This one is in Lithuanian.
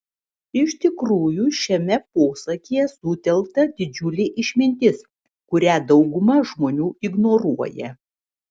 iš tikrųjų šiame posakyje sutelkta didžiulė išmintis kurią dauguma žmonių ignoruoja